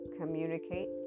communicate